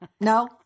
No